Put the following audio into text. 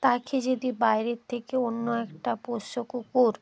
তাকে যদি বাইরে থেকে অন্য একটা পোষ্য কুকুর